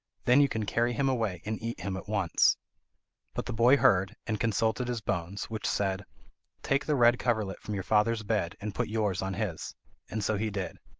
then you can carry him away, and eat him at once but the boy heard, and consulted his bones, which said take the red coverlet from your father's bed, and put yours on his and so he did.